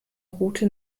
route